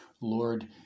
Lord